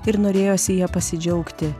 ir norėjosi ja pasidžiaugti